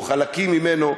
או חלקים ממנו,